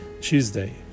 Tuesday